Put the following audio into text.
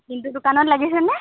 চিণ্টুৰ দোকানত লাগিছেনে